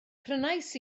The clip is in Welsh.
prynais